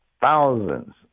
thousands